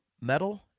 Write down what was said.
metal